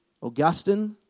Augustine